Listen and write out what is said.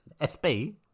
SB